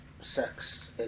sex